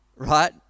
Right